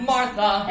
Martha